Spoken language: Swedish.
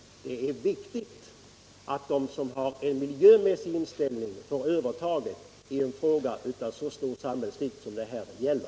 Men det är viktigt att de som har en miljömässig inställning får övertaget i en fråga av så stor samhällsvikt som det här gäller.